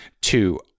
Two